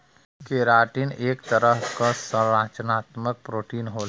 keratin एक तरह क संरचनात्मक प्रोटीन होला